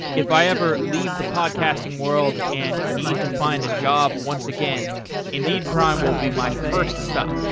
if i ever leave the podcasting world and need to find a job, once again indeed prime will be my first stop